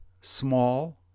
small